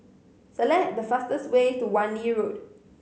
select the fastest way to Wan Lee Road